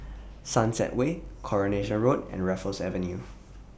Sunset Way Coronation Road and Raffles Avenue